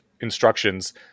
instructions